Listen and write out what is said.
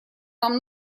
нам